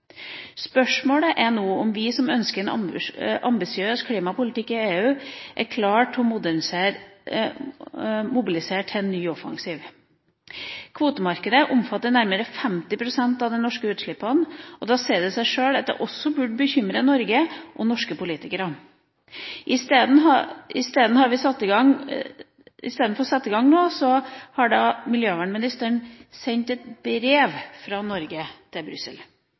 Spørsmålet er nå om vi som ønsker en ambisiøs klimapolitikk i EU, er klare til å mobilisere til en ny offensiv. Kvotemarkedet omfatter nærmere 50 pst. av de norske utslippene, og da sier det seg sjøl at det også burde bekymre Norge og norske politikere. Istedenfor å sette i gang noe, har miljøvernministeren sendt et brev fra Norge til Brussel.